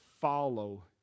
follow